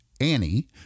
Annie